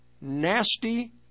nasty